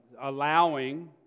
allowing